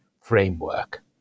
framework